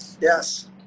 Yes